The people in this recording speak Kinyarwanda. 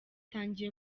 kigali